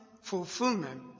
fulfillment